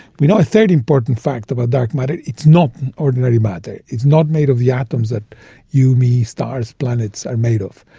we know a third important fact about dark matter, it's not ordinary matter, it's not made of the atoms that you, me, stars, planets are made of,